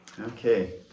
Okay